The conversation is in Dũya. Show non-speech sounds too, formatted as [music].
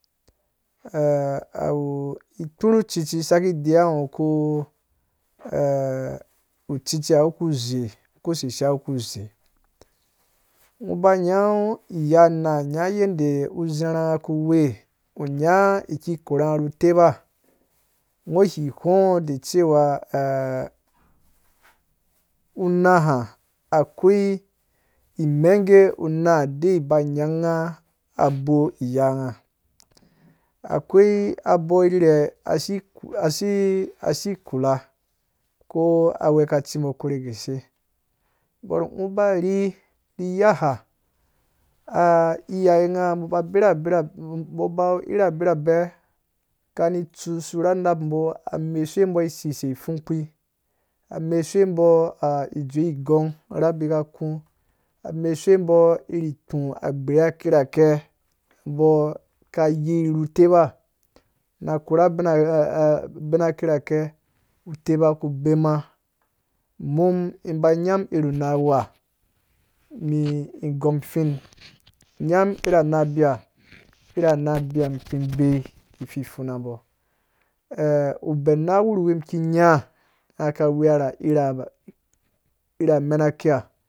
[hesitation] ikpuru cucci saki deyiwa ngo ko [hesitation] a cucciha wuku zei kose shiya zei ngɔ ba nyã ngo iya nãã nyã yede uzarha nga kuwe unyã ikikoranga ru teba ngõ wi ghwengo e cewa [hesitation] unaha akoi imengge unãã de ba nyãngã abowiyangã, akwei abɔ irhirhe asi- ku- asi-asi- asikula ko aghwe kacimbɔ akorhe gese bor ngɔ ba rhi ri yaha ah [hesitation] nayenga mbo ba brabrab-uh-u-mbɔ ba ira bribɛ kani tsu su na nap mbɔ amesuwe mbɔ isisei pfung kpi amesuwe mbɔ [hesitation] idzowe igong ra abi ka kũũ, amesuwe mbɔ iri ikpu agbei akirakɛ mbɔ ka yere ru teba na korha [hesitation] abina kirakɛ uteba ku bema umum iba nyamum irhu unawuha mi ngom fin nyam ira ana biya ira anabiya [noise] mi ki mbei ifipfuna mbo [hesitation] ubɛn una wurhuwi miki ny. ka wuwa na ira- iramɛ nakiya